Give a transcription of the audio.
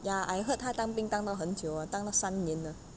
ya I heard 他当兵当了很久 ah 当了三年了